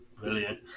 Brilliant